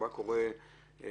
מה קורה עם החתמה?